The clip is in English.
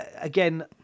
again